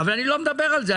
אבל אני לא מדבר על זה.